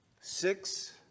Six